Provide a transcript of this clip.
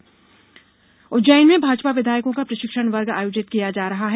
भाजपा प्रशिक्षण उज्जैन में भाजपा विधायकों का प्रशिक्षण वर्ग आयोजित किया जा रहा है